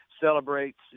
celebrates